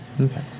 Okay